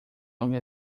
long